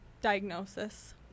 diagnosis